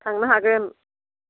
थांनो हागोन